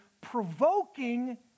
provoking